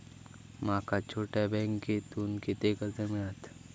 माका छोट्या बँकेतून किती कर्ज मिळात?